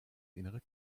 innere